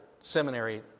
seminary